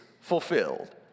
fulfilled